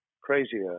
crazier